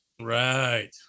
right